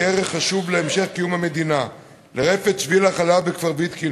ערך חשוב להמשך קיום המדינה לרפת "שביל החלב" בכפר-ויתקין,